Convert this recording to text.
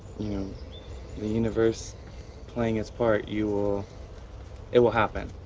you the universe playing it's part you will. will it will happen.